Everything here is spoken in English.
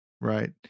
right